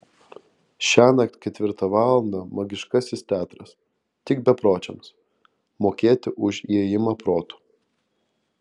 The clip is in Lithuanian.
šiąnakt ketvirtą valandą magiškasis teatras tik bepročiams mokėti už įėjimą protu